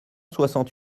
soixante